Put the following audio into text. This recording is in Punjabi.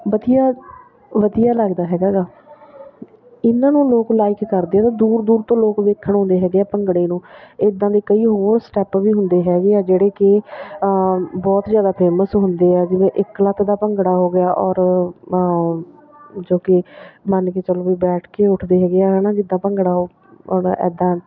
ਵਧੀਆ ਵਧੀਆ ਲੱਗਦਾ ਹੈਗਾ ਗਾ ਇਹਨਾਂ ਨੂੰ ਲੋਕ ਲਾਈਕ ਕਰਦੇ ਦੂਰ ਦੂਰ ਤੋਂ ਲੋਕ ਵੇਖਣ ਆਉਂਦੇ ਹੈਗੇ ਆ ਭੰਗੜੇ ਨੂੰ ਇੱਦਾਂ ਦੇ ਕਈ ਹੋਰ ਸਟੈਪ ਵੀ ਹੁੰਦੇ ਹੈਗੇ ਆ ਜਿਹੜੇ ਕਿ ਬਹੁਤ ਜ਼ਿਆਦਾ ਫੇਮਸ ਹੁੰਦੇ ਆ ਜਿਵੇਂ ਇੱਕ ਲੱਤ ਦਾ ਭੰਗੜਾ ਹੋ ਗਿਆ ਔਰ ਜੋ ਕਿ ਮੰਨ ਕੇ ਚੱਲੋ ਵੀ ਬੈਠ ਕੇ ਉਠਦੇ ਹੈਗੇ ਆ ਹੈ ਨਾ ਜਿੱਦਾਂ ਭੰਗੜਾ ਆਉਂਦਾ ਇੱਦਾਂ